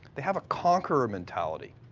they have a conqueror mentality.